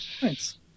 Thanks